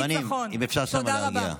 סדרנים, אם אפשר להרגיע שם.